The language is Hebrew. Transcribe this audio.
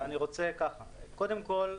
קודם כל,